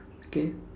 okay